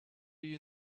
you